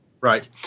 Right